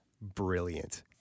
Brilliant